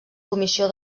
comissió